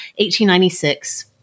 1896